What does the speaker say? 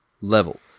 level